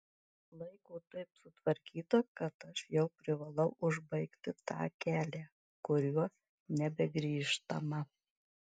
laiko taip sutvarkyta kad aš jau privalau užbaigti tą kelią kuriuo nebegrįžtama